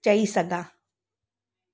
चई सघां